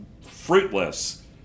fruitless